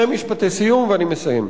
שני משפטי סיום ואני מסיים.